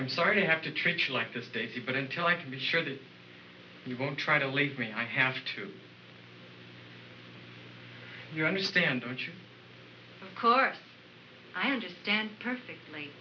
i'm sorry to have to treat you like to stay put until i can be sure that you won't try to leave me i have to you understand which of course i understand perfectly